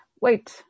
wait